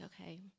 okay